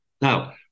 Now